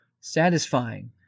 satisfying